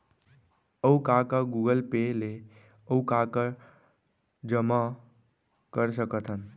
अऊ का का गूगल पे ले अऊ का का जामा कर सकथन?